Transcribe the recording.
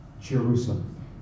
Jerusalem